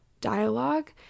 dialogue